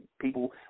People